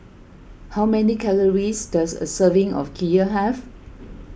how many calories does a serving of Kheer have